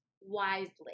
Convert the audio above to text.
wisely